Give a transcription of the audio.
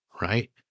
right